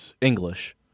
English